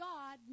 God